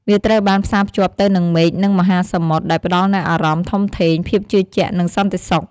វាត្រូវបានផ្សារភ្ជាប់ទៅនឹងមេឃ និងមហាសមុទ្រ ដែលផ្តល់នូវអារម្មណ៍ធំធេង ភាពជឿជាក់ និងសន្តិសុខ។